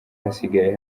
hasigaye